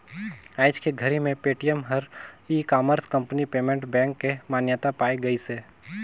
आयज के घरी मे पेटीएम हर e commerce company payment bank के मान्यता पाए गइसे